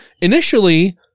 initially